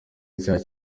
nshya